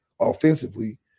offensively